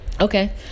Okay